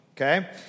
okay